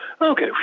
okay